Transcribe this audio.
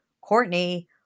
Courtney